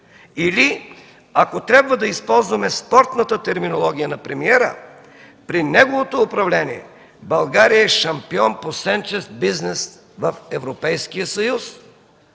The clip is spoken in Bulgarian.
Или ако трябва да използваме спорната терминология на премиера, при неговото управление България е шампион по сенчест бизнес в Европейския съюз.